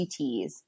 CTs